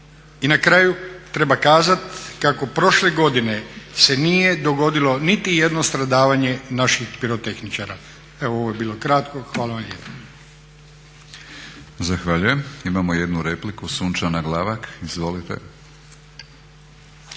I na kraju treba kazati kako prošle godine se nije dogodilo niti jedno stradavanje naših pirotehničara. Evo ovo je bilo kratko, hvala vam lijepa. **Batinić, Milorad (HNS)** Zahvaljujem. Imamo jednu repliku, Sunčana Glavak. Izvolite.